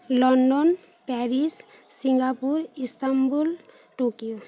London Paris Singapore Istanbul Tokyo